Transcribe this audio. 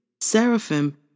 seraphim